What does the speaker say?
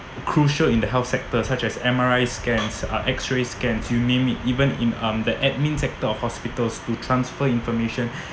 crucial in the health sector such as M_R_I scans uh X-ray scan you name it even in um the admin sector of hospitals to transfer information